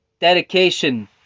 Dedication